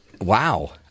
wow